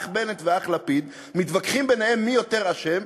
האח בנט והאח לפיד מתווכחים ביניהם מי יותר אשם.